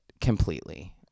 completely